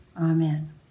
Amen